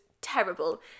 terrible